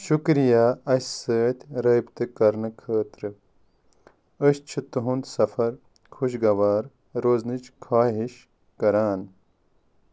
شُکریہ اسہِ سۭتۍ رٲبطہٕ کرنہٕ خٲطرٕ أسۍ چھِ تُہُنٛد سفر خوشگوار روزنٕچ خاہِش كران